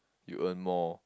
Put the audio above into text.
you earn more